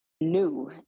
new